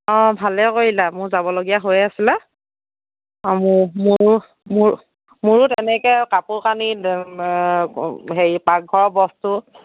অ' ভালে কৰিলা মোৰ যাবলগীয়া হৈয়ে আছিল অ' মোৰ মোৰ মোৰ মোৰো তেনেকৈ কাপোৰ কানি হেৰি পাকঘৰৰ বস্তু